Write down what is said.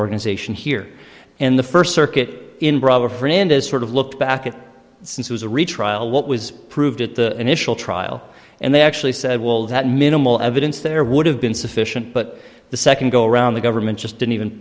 organization here and the first circuit in brother fernandez sort of looked back at since he was a retrial what was proved at the initial trial and they actually said well that minimal evidence there would have been sufficient but the second go around the government just didn't even